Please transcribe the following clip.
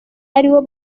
ariwo